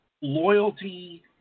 loyalty